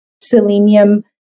selenium